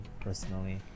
personally